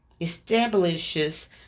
establishes